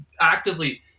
actively